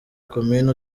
komini